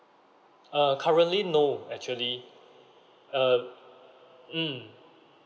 err currently no actually err um